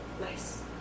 Nice